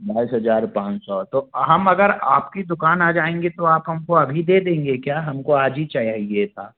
बाईस हज़ार पाँच सौ तो हम अगर आपकी दुकान आ जाएँगे तो आप हमको अभी दे देंगे क्या हमको आज ही चाहिए था